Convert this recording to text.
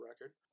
record